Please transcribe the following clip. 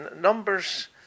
Numbers